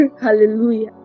Hallelujah